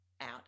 out